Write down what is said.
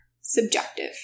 subjective